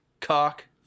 cock